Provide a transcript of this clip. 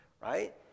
right